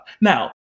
Now